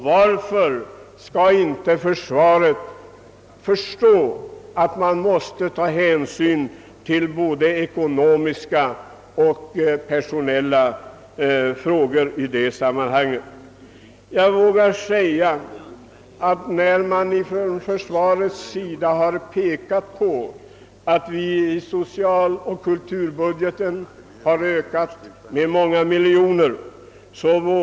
Varför skall inte försvaret förstå att man måste ta hänsyn till både ekonomiska och personella resurser i detta sammanhang? Från försvarets sida har man pekat på att vi har ökat socialoch kulturbudgeten med många miljoner kronor.